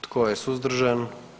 Tko je suzdržan?